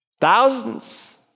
thousands